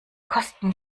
kosten